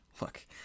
look